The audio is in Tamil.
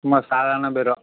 சும்மா சாதாரண பீரோ